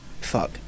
fuck